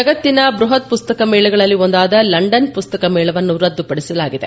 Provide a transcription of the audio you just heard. ಜಗತ್ತಿನ ಬೃಹತ್ ಪುಸ್ತಕ ಮೇಳಗಳಲ್ಲಿ ಒಂದಾದ ಲಂಡನ್ ಪುಸ್ತಕ ಮೇಳವನ್ನು ರದ್ದುಪಡಿಸಲಾಗಿದೆ